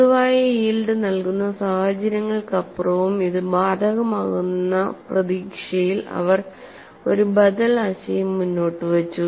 പൊതുവായ യീൽഡ് നൽകുന്ന സാഹചര്യങ്ങൾക്കപ്പുറവും ഇത് ബാധകമാകുമെന്ന പ്രതീക്ഷയിൽ അവർ ഒരു ബദൽ ആശയം മുന്നോട്ടുവച്ചു